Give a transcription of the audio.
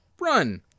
run